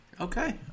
Okay